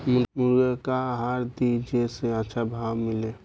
मुर्गा के का आहार दी जे से अच्छा भाव मिले?